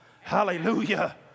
Hallelujah